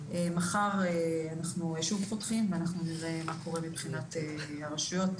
מחר אנחנו שוב פותחים ונראה מה קורה מבחינת הרשויות.